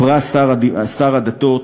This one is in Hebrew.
לפרס שר הדתות,